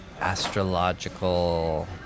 astrological